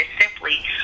simply